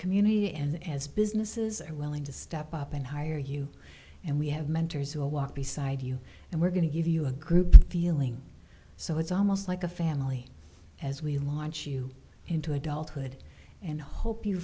community and as businesses are willing to step up and hire you and we have mentors who will walk beside you and we're going to give you a group feeling so it's almost like a family as we launch you into adulthood and i hope you